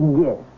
Yes